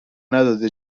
نداده